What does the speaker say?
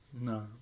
No